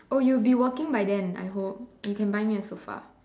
oh you'd be working by then I hope you can buy me a sofa